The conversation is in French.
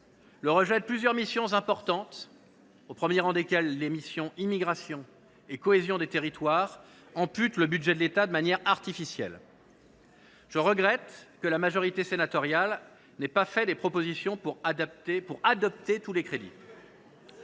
Le rejet de plusieurs missions importantes, au premier rang desquelles les missions « Immigration, asile et intégration » et « Cohésion des territoires », ampute le budget de l’État de manière artificielle. Je regrette que la majorité sénatoriale n’ait pas fait de propositions pour adopter tous les crédits.